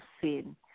sin